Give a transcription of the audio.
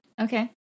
okay